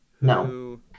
No